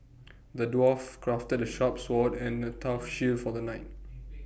the dwarf crafted A sharp sword and A tough shield for the knight